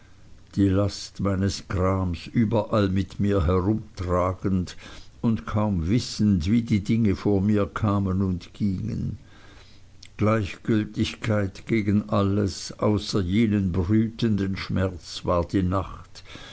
die last meines grams überall mit mir herumtragend und kaum wissend wie die dinge vor mir kamen und gingen gleichgültigkeit gegen alles außer jenen brütenden schmerz war die nacht